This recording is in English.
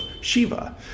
Shiva